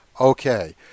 Okay